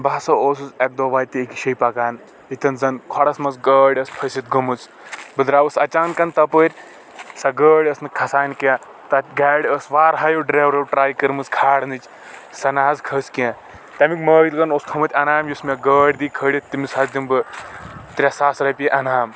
بہٕ ہسا اوسُس اَکہِ دۄہ وتہِ أکۍ جایہِ پکان ییٚتٮ۪ن زن کھۄڈس منٛز گٲڑۍ أس پھسِتھ گٔمٕژ بہٕ درٛاوُس اچانکن تپأرۍ سۄ گأڑۍ أس نہٕ کھسان کیٚنٛہہ تَتھ گاڑِ أس واریاہو ڈرایورو ٹراے کٔرمٕژ کھالنٕچۍ سۄ نہٕ حظ کھٔژ کیٚنٛہہ تَمیُک مألۍکن اوس تھوومت انعام یُس مےٚ گأڑۍ دِیہِ کھألِتھ تٔمِس دِمہٕ بہٕ ترٛےٚ ساس رۄپیہِ انعام